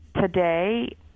Today